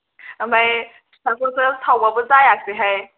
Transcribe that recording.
ओमफ्राय सिथावखोसो सावबाबो जायासैहाय